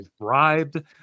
bribed